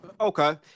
Okay